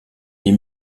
des